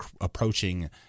approaching